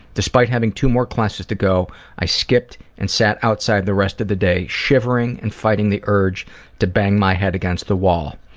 despite having two more classes to go i skipped and sat outside the rest of the day shivering and fighting the urge to bang my head against the wall.